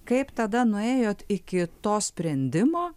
kaip tada nuėjot iki to sprendimo